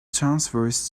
transverse